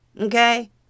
okay